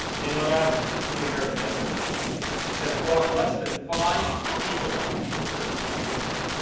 and on average, this is an american average has brought less than five people to church with them.